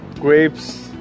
grapes